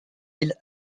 îles